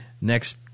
next